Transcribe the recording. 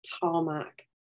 tarmac